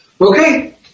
Okay